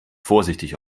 vorsichtig